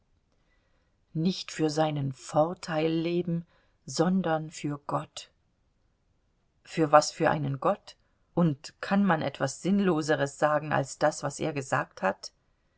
nicht für seinen vorteil leben sondern für gott für was für einen gott und kann man etwas sinnloseres sagen als das was er gesagt hat